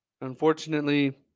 unfortunately